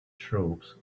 troops